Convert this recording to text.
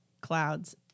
clouds